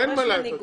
זה דורש מנהיגות.